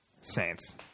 Saints